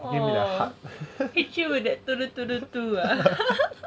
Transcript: oh hit you with that